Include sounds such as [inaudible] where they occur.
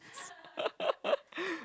[laughs]